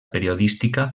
periodística